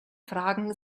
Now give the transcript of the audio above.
fragen